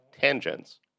tangents